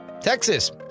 Texas